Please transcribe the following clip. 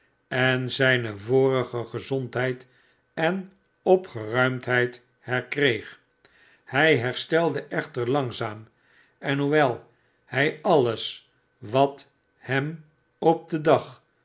en zijne vorige gezondheid en opgeruimdheid herkreeg hij herstelde echter langzamerhand en hoewel hij alles wat hem op den dag